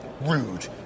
rude